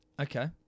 Okay